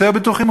יותר בטוחים?